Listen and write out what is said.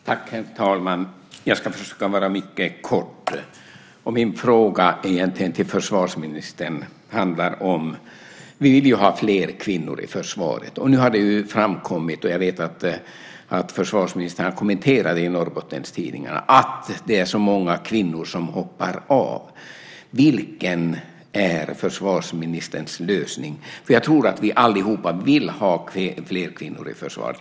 Herr talman! Jag ska försöka vara mycket kort. Min fråga till försvarsministern handlar om detta: Vill vi ha fler kvinnor i försvaret? Nu har det framkommit - jag vet att försvarsministern har kommenterat det i Norrbottenstidningarna - att det är så många kvinnor som hoppar av. Vilken är försvarsministerns lösning? Jag tror att vi alla vill ha fler kvinnor i försvaret.